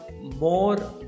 more